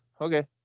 Okay